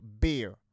Beer